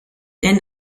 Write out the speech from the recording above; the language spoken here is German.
denn